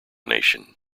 nation